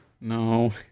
no